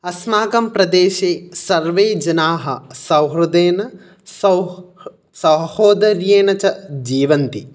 अस्माकं प्रदेशे सर्वे जनाः सहृदेन सौह् सहोदर्येन च जीवन्ति